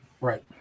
right